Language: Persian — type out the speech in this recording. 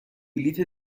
بلیت